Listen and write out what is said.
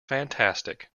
fantastic